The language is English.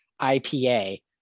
IPA